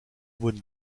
wurden